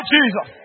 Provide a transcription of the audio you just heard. Jesus